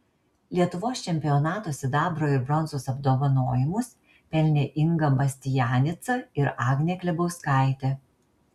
lietuvos čempionato sidabro ir bronzos apdovanojimus pelnė inga mastianica ir agnė klebauskaitė